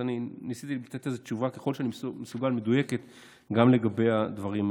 אז ניסיתי לתת תשובה מדויקת ככל שאני מסוגל גם לגבי הדברים האלה.